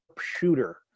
shooter